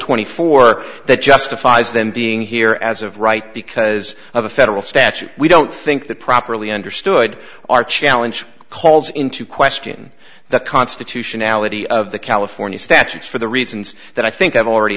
twenty four that justifies them being here as of right because of a federal statute we don't think that properly understood our challenge calls into question the constitutionality of the california statutes for the reasons that i think i've already